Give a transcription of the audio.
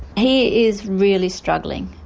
he is really struggling.